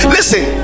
Listen